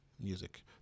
music